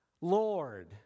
Lord